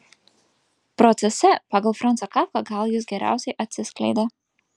procese pagal franzą kafką gal jis geriausiai atsiskleidė